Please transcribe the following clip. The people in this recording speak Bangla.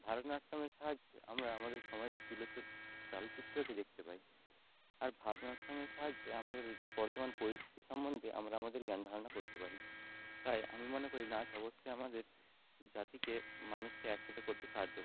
ভারতনাট্যমের সাহায্যে আমরা আমাদের সমাজের চলচ্চিত্রকে দেখতে পাই আর ভারতনাট্যমের সাহায্যে আমাদেরও যে বর্তমান পরিস্থিতি সম্বন্ধে আমরা আমাদের জ্ঞান ধারণা করতে পারি তাই আমি মনে করি নাচ অবশ্যই আমাদের জাতিকে মানুষকে একসাথে করতে সাহায্য